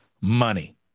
money